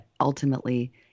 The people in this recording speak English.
Ultimately